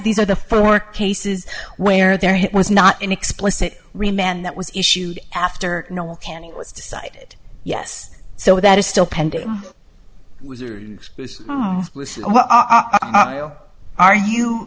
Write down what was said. these are the four cases where there was not an explicit remand that was issued after can it was decided yes so that is still pending are you